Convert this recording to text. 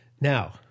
Now